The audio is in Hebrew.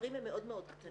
המספרים הם מאוד קטנים.